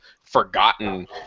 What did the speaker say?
forgotten